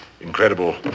Incredible